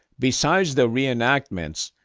besides the reenactments,